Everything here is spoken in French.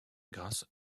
grâce